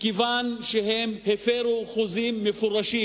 מכיוון שהם הפירו חוזים מפורשים,